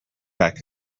back